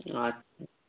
আচ্ছা